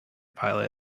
pilot